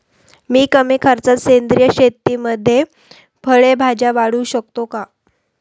मी कमी खर्चात सेंद्रिय शेतीमध्ये फळे भाज्या वाढवू शकतो का?